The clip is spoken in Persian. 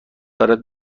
دارد